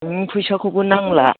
नोंनि फैसाखौबो नांला